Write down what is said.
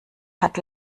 hat